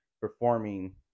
performing